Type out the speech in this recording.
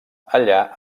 allà